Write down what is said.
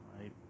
Right